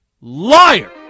Liar